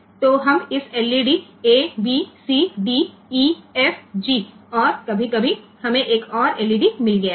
તેથી આપણને આ LEDs a b c d e f g મળેલ છે અને કેટલીકવાર આપણને બીજી LED પણ મળી હોય છે